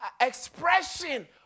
expression